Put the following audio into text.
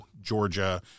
Georgia